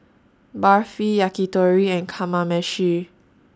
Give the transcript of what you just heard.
Barfi Yakitori and Kamameshi